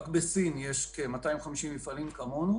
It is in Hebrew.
רק בסין יש כ-250 מפעלים כמונו